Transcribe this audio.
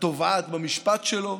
התובעת במשפט שלו,